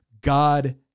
God